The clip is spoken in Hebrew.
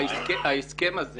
ההסכם הזה